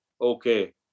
Okay